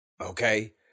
okay